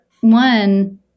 one